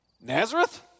Nazareth